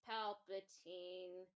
Palpatine